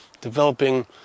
developing